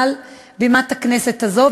מעל בימת הכנסת הזו,